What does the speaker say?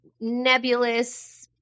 nebulous